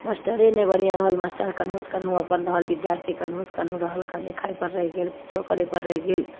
मास्टरे नहि बढ़िआँ रहल मास्टर केनहुसँ केनहु अपन रहल विद्यार्थी केनहुसँ केनहु रहल खाने खाइपर रहि गेल किछु करैपर रहि गेल